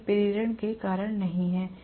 यह प्रेरण के कारण नहीं है